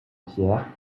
pierres